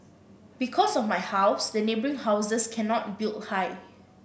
because of my house the neighbouring houses cannot build high